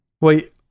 Wait